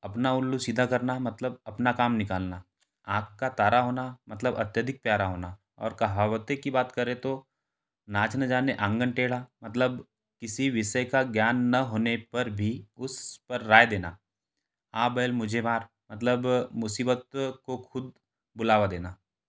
अपना उल्लू सीधा करना मतलब अपना काम निकालना आँख का तारा होना मतलब अत्यधिक प्यारा होना और कहावतें की बात करें तो नाच न जाने आंगन टेढ़ा मतलब किसी विषय का ज्ञान न होने पर भी उस पर राय देना आ बैल मुझे मार मतलब मुसीबत को ख़ुद बुलावा देना